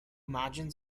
imagine